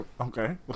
Okay